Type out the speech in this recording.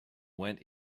went